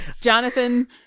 Jonathan